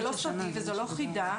זה לא סודי וזה לא חידה.